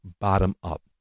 bottom-up